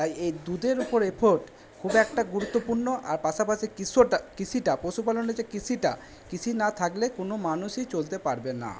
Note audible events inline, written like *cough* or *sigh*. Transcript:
তাই এই দুধের উপর এফোর্ট খুব একটা গুরুত্বপূর্ণ আর পাশাপাশি *unintelligible* কৃষিটা পশুপালনের যে কৃষিটা কৃষি না থাকলে কোনো মানুষই চলতে পারবে না